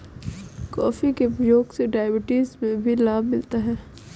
coffee के प्रयोग से डायबिटीज में भी लाभ मिलता है